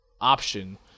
option